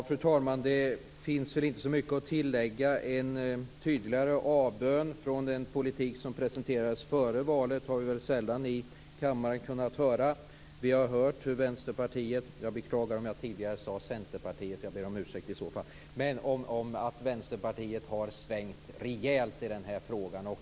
Fru talman! Det finns väl inte så mycket att tillägga. En tydligare avbön från den politik som presenterades före valet har vi väl sällan kunnat höra i kammaren. Vi har hört hur Vänsterpartiet - jag beklagar att jag tidigare sade Centerpartiet - har svängt rejält i denna fråga.